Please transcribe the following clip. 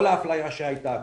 כל ההפליה שהייתה,